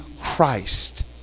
Christ